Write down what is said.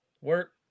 work